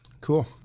Cool